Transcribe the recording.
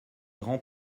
grand